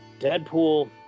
deadpool